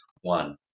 One